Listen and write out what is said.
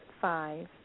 five